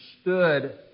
stood